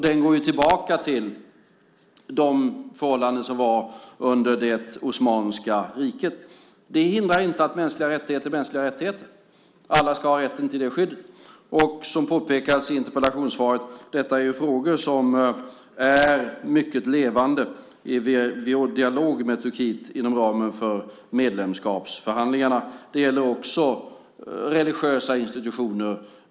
Den går ju tillbaka till de förhållanden som var under det osmanska riket. Det hindrar inte att mänskliga rättigheter är mänskliga rättigheter. Alla ska ha rätten till det skyddet. Som påpekades i interpellationssvaret är detta frågor som är mycket levande i vår dialog med Turkiet inom ramen för medlemskapsförhandlingarna. Det gäller också religiösa institutioner.